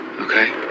okay